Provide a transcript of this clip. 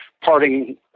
parting